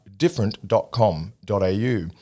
Different.com.au